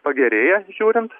pagerėję žiūrint